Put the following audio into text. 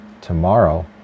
tomorrow